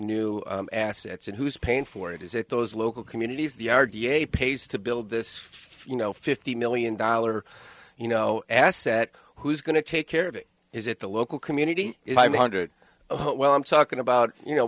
new assets and who's paying for it is it those local communities the r d a pays to build this you know fifty million dollars you know asset who's going to take care of it is it the local community i mean hundred oh well i'm talking about you know